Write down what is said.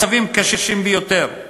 מצבים קשים ביותר.